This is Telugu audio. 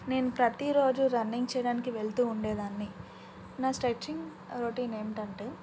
నేను ప్రతిరోజు రన్నింగ్ చేయడానికి వెళ్తూ ఉండేదాన్ని నా స్ట్రెచింగ్ రొటీన్ ఏమిటంటే